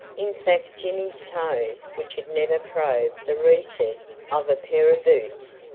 in fact jimmy's toes, which had never probed the recesses of a pair of boots,